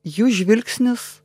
jų žvilgsnis